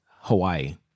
Hawaii